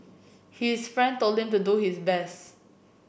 his friend told him to do his best